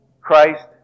Christ